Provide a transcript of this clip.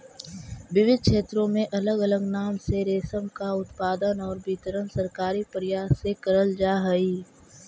विविध क्षेत्रों में अलग अलग नाम से रेशम का उत्पादन और वितरण सरकारी प्रयास से करल जा हई